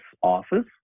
office